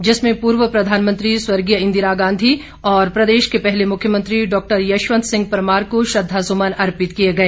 जिसमें पूर्व प्रधानमंत्री स्वर्गीय इंदिरा गांधी और प्रदेश के पहले मुख्यमंत्री डॉक्टर यशवंत सिंह परमार को श्रद्वासुमन अर्पित किए गए